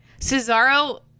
Cesaro